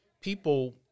people